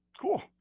cool